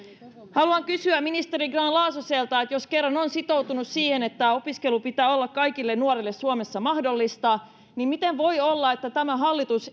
haluan kysyä ministeri grahn laasoselta jos kerran on sitoutunut siihen että opiskelun pitää olla kaikille nuorille suomessa mahdollista niin miten voi olla että tämä hallitus